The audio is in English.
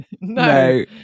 No